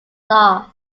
last